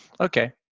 Okay